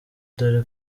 dore